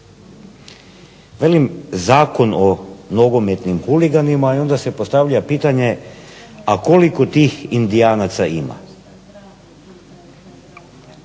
Velim Zakon o nogometnim huliganima i onda se postavlja pitanje a koliko tih "Indijanaca" ima?